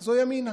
זה ימינה.